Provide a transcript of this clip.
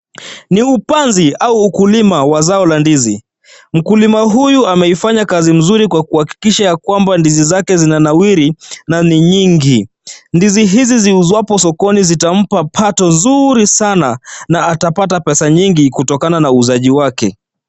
Ni upanzi au ukulima wa zao la ndizi. Mkulima huyu ameifanya kazi nzuri kwa kuhakikisha ya kwamba ndizi zake zinanawiri na ni nyingi. Ndizi hizi ziuzwapo sokoni zitampa pato nzuri sana na atapata pesa nyingi kutokana na uuzaji wake.